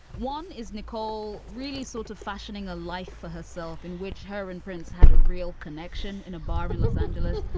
one is nicole really sort of fashioning a life for herself in which her and prince had a real connection in a bar in los angeles.